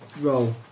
roll